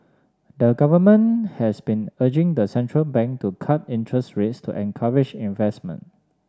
the government has been urging the central bank to cut interest rates to encourage investment